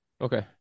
Okay